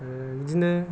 बिदिनो